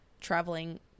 traveling